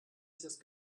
sich